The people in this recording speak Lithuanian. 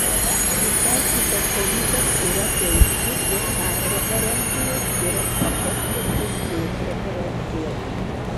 visai kitas dalykas yra teigti jog a preferencijos yra svarbesnės už b preferencijas